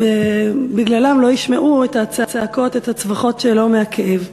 בגללן לא ישמעו את הצעקות, את הצווחות שלו מהכאב.